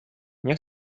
nie